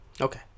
Okay